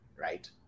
right